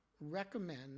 recommend